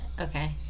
Okay